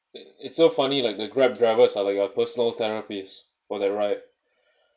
it's so funny like the Grab driver are like our personal therapists for the ride